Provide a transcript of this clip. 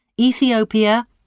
Ethiopia